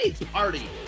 party